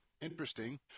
interesting